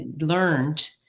learned